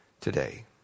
today